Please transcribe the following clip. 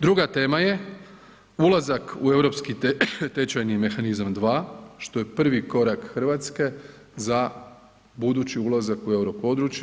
Druga tema je ulazak u europski tečajni mehanizam dva, što je prvi korak Hrvatske za budući ulazak u euro područje.